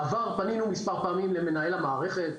בעבר פנינו מספר פעמים למנהל המערכת,